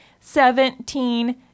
Seventeen